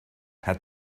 had